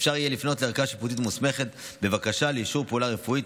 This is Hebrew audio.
אפשר יהיה לפנות לערכאה שיפוטית מוסמכת בבקשה לאישור פעולה רפואית,